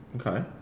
Okay